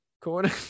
corner